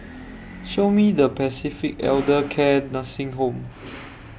Show Me The Way to Pacific Elder Care Nursing Home